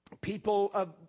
people